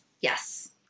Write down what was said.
Yes